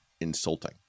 insulting